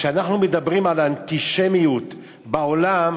שכשאנחנו מדברים על אנטישמיות בעולם,